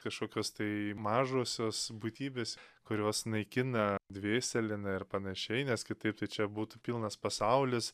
kažkokios tai mažosios būtybės kurios naikina dvėsėleną ir panašiai nes kitaip tai čia būtų pilnas pasaulis